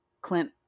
clint